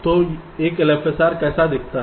तो एक LFSR कैसा दिखता है